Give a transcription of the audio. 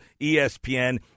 ESPN